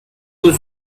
con